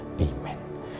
Amen